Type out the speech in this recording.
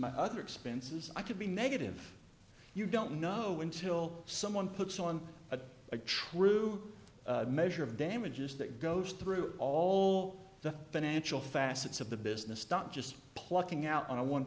my other expenses i could be negative you don't know when till someone puts on a true measure of damages that goes through all the financial facets of the business not just plucking out on a one